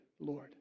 Lord